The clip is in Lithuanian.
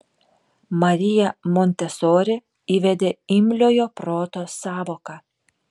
marija montesori įvedė imliojo proto sąvoką